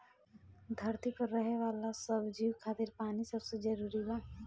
धरती पर रहे वाला सब जीव खातिर पानी सबसे जरूरी बा